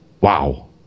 Wow